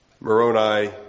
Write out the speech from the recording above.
Moroni